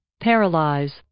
Paralyze